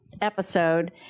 episode